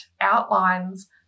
outlines